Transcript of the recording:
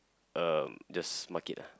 uh just mark it lah